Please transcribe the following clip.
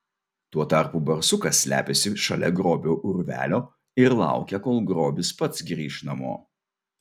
tuo tarpu barsukas slepiasi šalia grobio urvelio ir laukia kol grobis pats grįš namo